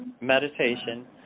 meditation